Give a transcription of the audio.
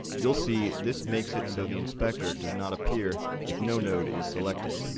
you'll see this makes it so the inspector does not appear if no node is selected.